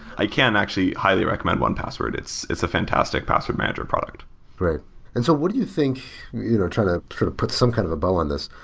i can actually highly recommend one password, it's it's a fantastic password manager product great. and so what do you think you know trying to put some kind of a bow on this,